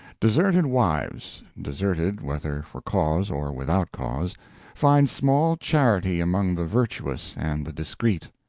deserted wives deserted whether for cause or without cause find small charity among the virtuous and the discreet.